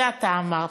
זה אתה אמרת.